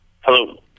hello